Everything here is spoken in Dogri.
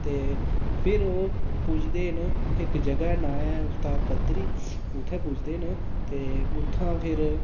ते फिर ओह् पुजदे न इक जगहा दा नांऽ ऐ ओह्दा नांऽ ऐ पतरी उत्थै पुजदे न ते उत्थै फिर